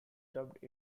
dubbed